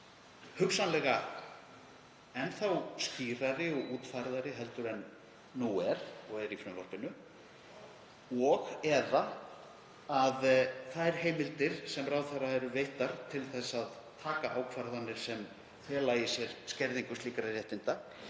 hugsanlega enn skýrari og útfærðari en nú er og er í frumvarpinu og/eða að þær heimildir sem ráðherra eru veittar, til að taka ákvarðanir sem fela í sér skerðingu slíkra réttinda,